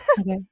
okay